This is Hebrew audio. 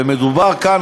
ומדובר כאן,